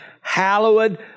hallowed